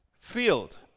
field